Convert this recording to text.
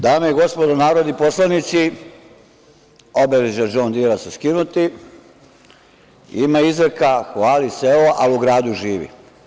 Dame i gospodo narodni poslanici, obeležja Džon Dira su skinuti, ima izreka - hvali selo, al u gradu živi.